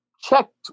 checked